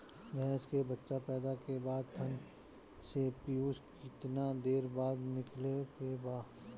भैंस के बच्चा पैदा के बाद थन से पियूष कितना देर बाद निकले के बा?